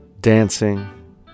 dancing